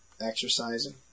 exercising